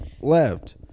left